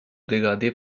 dégradé